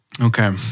Okay